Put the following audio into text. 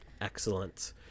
Excellent